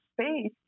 space